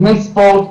לפני ספורט,